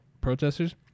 protesters